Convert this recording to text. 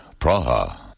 Praha